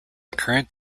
current